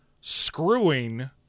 screwing